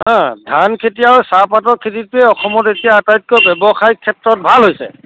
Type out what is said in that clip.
হা ধান খেতি আৰু চাহপাতৰ খেতিটোৱে অসমত এতিয়া আটাইতকৈ ব্যৱসায়ৰ ক্ষেত্ৰত ভাল হৈছে